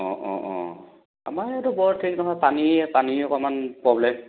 অঁ অঁ অঁ আমাৰ এইটো বৰ ঠিক নহয় পানী পানী অকণমান প্ৰ'ব্লেম